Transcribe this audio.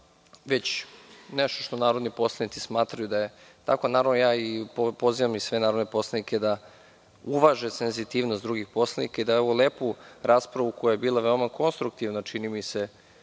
već nešto što narodni poslanici smatraju da je tako. Naravno, pozivam i sve narodne poslanike da uvaže senzitivnost drugih poslanika i da ovu lepu raspravu, koja je bila veoma konstruktivna, čini mi se,